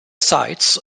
sites